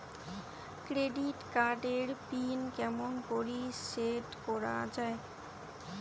Credit card এর pin কেমন করি সেট করা য়ায়?